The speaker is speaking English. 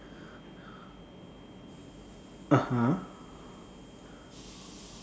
(uh huh)